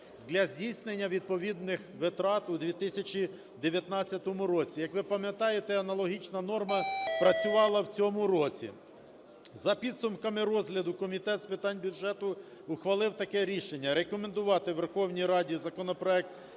для здійснення відповідних витрат у 2019 році. Як ви пам'ятаєте, аналогічна норма працювала в цьому році. За підсумками розгляду Комітет з питань бюджету ухвалив таке рішення. Рекомендувати Верховній Раді законопроект